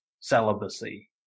celibacy